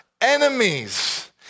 enemies